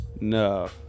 No